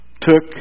took